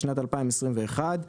בשנת 2021,